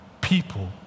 people